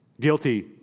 Guilty